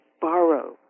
borrow